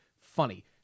funny